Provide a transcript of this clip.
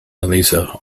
eliza